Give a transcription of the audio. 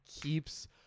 keeps